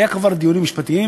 היו כבר דיונים משפטיים,